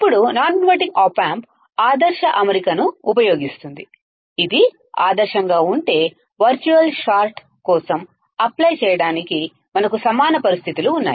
ఇప్పుడు non inverting op amp ideal అమరిక ను ఉపయోగిస్తోంది ఇది ఐడియల్గా ఉంటే వర్చువల్ షార్ట్ కోసం వర్తింప చేయడానికి మనకు సమాన పరిస్థితులు ఉన్నాయి